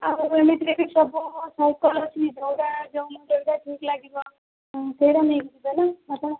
ଆଉ ଏମିତିରେ ବି ସବୁ ସାଇକେଲ୍ ଅଛି ଯେଉଁଟା ଯେଉଁ ମଡ଼େଲ୍ଟା ଠିକ୍ ଲାଗିବ ସେଇଟା ନେଇକି ଯିବେ ନା ଆପଣ